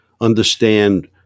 understand